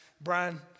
Brian